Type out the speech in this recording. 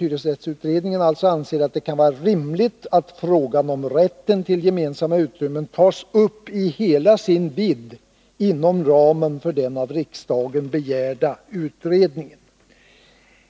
Hyresrättsutredningen anser att det kan vara rimligt att frågan om rätten till gemensamma utrymmen tas upp i hela sin vidd inom ramen för den av riksdagen begärda utredningen.